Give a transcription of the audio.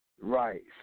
right